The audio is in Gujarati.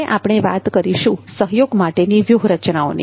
હવે આપણે વાત કરીશું સહયોગ માટેની વ્યૂહરચનાઓની